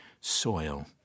soil